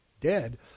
dead